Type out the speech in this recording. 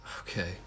Okay